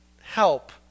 help